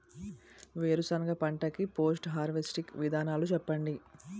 వేరుసెనగ పంట కి పోస్ట్ హార్వెస్టింగ్ విధానాలు చెప్పండీ?